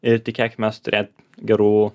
ir tikėkimės turėt gerų